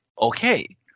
Okay